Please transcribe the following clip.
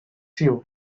you